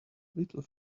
little